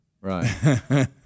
Right